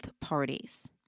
parties